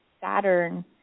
Saturn